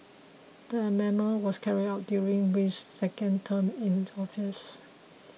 the amendment was carried out during Wee's second term in office